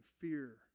fear